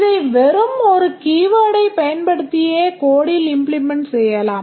இதை வெறும் ஒரு keyword ஐ ப் பயன்படுத்தியே codeல் implement செய்யலாம்